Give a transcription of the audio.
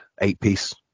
eight-piece